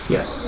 Yes